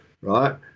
right